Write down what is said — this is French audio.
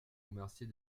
remercier